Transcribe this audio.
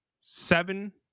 seven